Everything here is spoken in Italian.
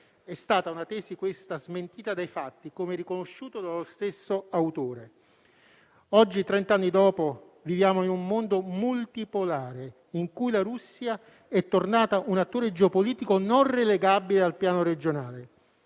Questa tesi è stata smentita dai fatti, come riconosciuto dallo stesso autore. Oggi, trent'anni dopo, viviamo in un mondo multipolare, in cui la Russia è tornata a essere un attore geopolitico non relegabile al piano regionale.